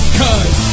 cause